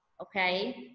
okay